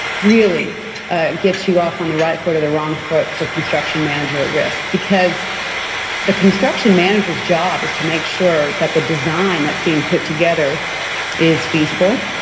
really get you off on the right foot or the wrong foot for construction manager at risk because a construction manager's job is to make sure that the design that's being put together is feasible,